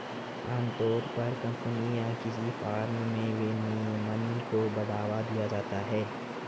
आमतौर पर कम्पनी या किसी फर्म में विनियमन को बढ़ावा दिया जाता है